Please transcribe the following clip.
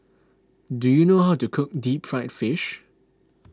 do you know how to cook Deep Fried Fish